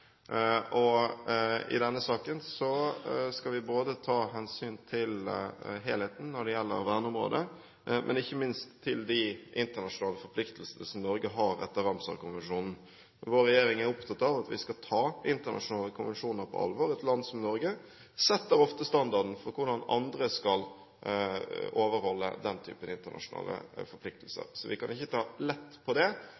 I denne saken skal vi ta hensyn både til helheten når det gjelder verneområdet, og ikke minst til de internasjonale forpliktelsene som Norge har etter Ramsar-konvensjonen. Noe av det som regjeringen er opptatt av, er at vi skal ta internasjonale konvensjoner på alvor, og et land som Norge setter ofte standarden for hvordan andre skal overholde den typen internasjonale